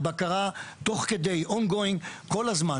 לבקרה תוך כדי on going, כל הזמן.